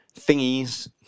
thingies